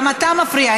גם אתה מפריע.